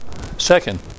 second